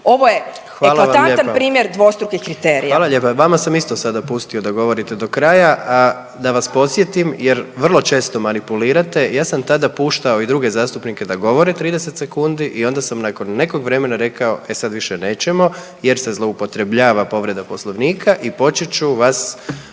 **Jandroković, Gordan (HDZ)** Hvala lijep i vama sam isto sada pustio da govorite do kraja, a da vas podsjetim jer vrlo često manipulirate ja sam tada puštao i druge zastupnike da govore 30 sekundi i onda sam nakon nekog vremena rekao e sad više nećemo jer se zloupotrebljava povreda Poslovnika i počet ću vas